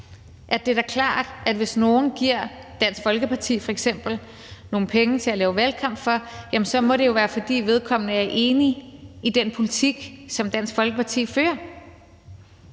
at det da er klart, at hvis nogen giver f.eks. Dansk Folkeparti nogle penge til at lave valgkamp for, så må det jo være, fordi vedkommende er enig i den politik, som Dansk Folkeparti fører.